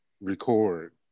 record